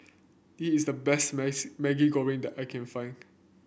this is the best Maggi Goreng that I can find